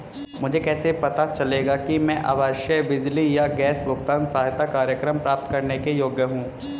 मुझे कैसे पता चलेगा कि मैं आवासीय बिजली या गैस भुगतान सहायता कार्यक्रम प्राप्त करने के योग्य हूँ?